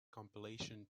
compilation